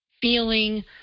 feeling